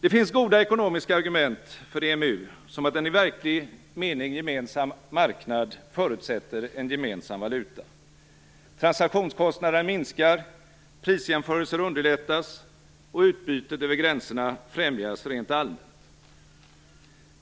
Det finns goda ekonomiska argument för EMU som att en i verklig mening gemensam marknad förutsätter en gemensam valuta. Transaktionskostnaderna minskar, prisjämförelser underlättas och utbytet över gränserna främjas rent allmänt.